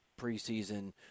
preseason